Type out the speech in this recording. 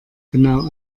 genau